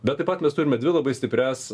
bet taip pat mes turime dvi labai stiprias